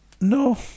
no